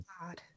God